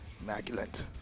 immaculate